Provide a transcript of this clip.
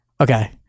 Okay